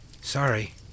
Sorry